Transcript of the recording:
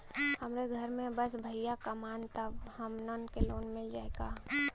हमरे घर में बस भईया कमान तब हमहन के लोन मिल जाई का?